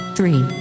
Three